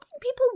people